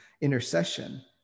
intercession